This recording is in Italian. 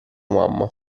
mamma